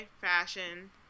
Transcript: Fashion